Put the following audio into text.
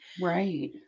Right